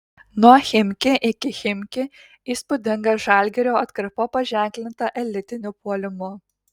nuo chimki iki chimki įspūdinga žalgirio atkarpa paženklinta elitiniu puolimu